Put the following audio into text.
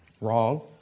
Wrong